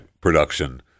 production